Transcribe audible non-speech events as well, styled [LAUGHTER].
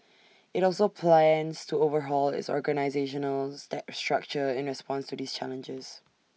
IT also plans to overhaul its organisational [UNINTELLIGIBLE] structure in response to these challenges